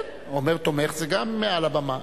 "תומך" זה גם מעל הבמה.